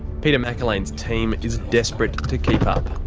peter mcerlain's team is desperate to keep up.